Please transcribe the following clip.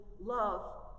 love